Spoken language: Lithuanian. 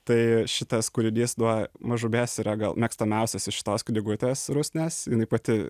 tai šitas kūrinys nuo mažumės yra mėgstamiausias iš tos knygutės rusnės jinai pati